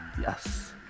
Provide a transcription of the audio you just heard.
yes